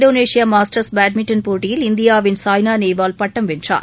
Indonesia Masters badminton போட்டியில் இந்தியாவின் சாய்னா நேவால் பட்டம் வென்றார்